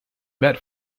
met